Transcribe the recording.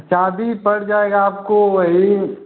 चाँदी पड़ जाएगा आपको वही